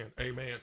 Amen